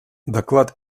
доклад